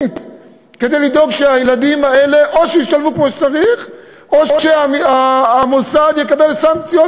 כדי לדאוג או שהם ישתלבו כמו שצריך או שעל המוסד יוטלו סנקציות,